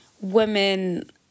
women